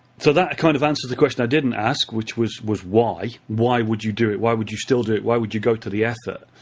so that kind of answers the question i didn't ask, which was was why. why would you do it? why would you still do it? why would you go to the effort?